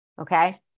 Okay